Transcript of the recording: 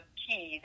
key